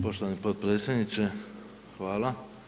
Poštovani potpredsjedniče, hvala.